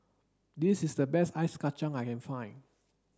this is the best Ice Kachang I can find